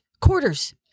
Quarters